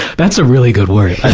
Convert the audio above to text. that's a really good word.